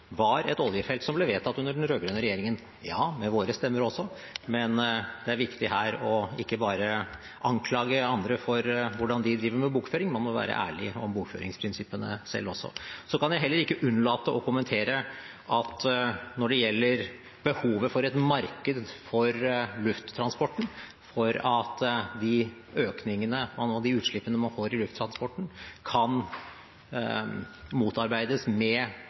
var et oljefelt som ble vedtatt under den rød-grønne regjeringen. Ja, med våre stemmer også, men det er viktig her ikke bare å anklage andre for hvordan de driver med bokføring. Man må være ærlig om bokføringsprinsippene selv også. Så kan jeg heller ikke unnlate å kommentere at når det gjelder behovet for et marked for lufttransporten, for at økningene av de utslippene man nå får i lufttransporten, kan motarbeides med